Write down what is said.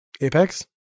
apex